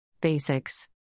Basics